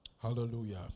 Hallelujah